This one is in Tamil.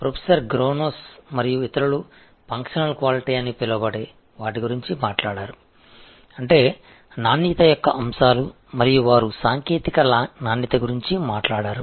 பேராசிரியர் க்ரோன்ரூஸ் மற்றும் பலர் ஃபங்க்ஷனல் க்வாலிடி என்று அழைத்தனர் அதாவது க்வாலிடியின் அம்சங்கள் மற்றும் பின்னர் அவர்கள் டெக்னிக்கல் க்வாலிடி பற்றி பேசினார்கள்